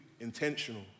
intentional